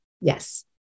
Yes